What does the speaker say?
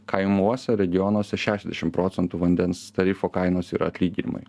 kaimuose regionuose šešiasdešim procentų vandens tarifo kainos ir atlyginimai